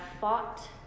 fought